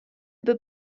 peut